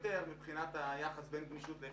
מבחינת היחס בין גמישות לאפקטיביות.